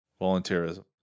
Volunteerism